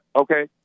okay